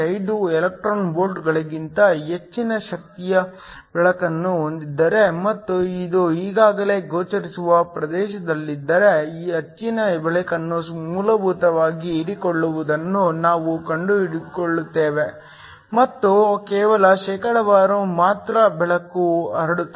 5 electron ವೋಲ್ಟ್ಗಳಿಗಿಂತ ಹೆಚ್ಚಿನ ಶಕ್ತಿಯ ಬೆಳಕನ್ನು ಹೊಂದಿದ್ದರೆ ಮತ್ತು ಇದು ಈಗಾಗಲೇ ಗೋಚರಿಸುವ ಪ್ರದೇಶದಲ್ಲಿದ್ದರೆ ಹೆಚ್ಚಿನ ಬೆಳಕನ್ನು ಮೂಲಭೂತವಾಗಿ ಹೀರಿಕೊಳ್ಳುವುದನ್ನು ನಾವು ಕಂಡುಕೊಳ್ಳುತ್ತೇವೆ ಮತ್ತು ಕೇವಲ ಶೇಕಡಾವಾರು ಮಾತ್ರ ಬೆಳಕು ಹರಡುತ್ತದೆ